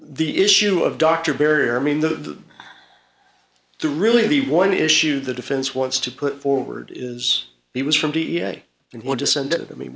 the issue of dr berry or i mean the the really the one issue the defense wants to put forward is he was from d a and want to send it to me